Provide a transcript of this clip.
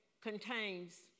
contains